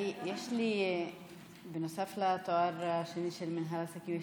הרי נוסף לתואר השני של מינהל עסקים,